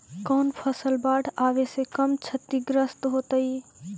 कौन फसल बाढ़ आवे से कम छतिग्रस्त होतइ?